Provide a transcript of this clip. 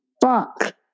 fuck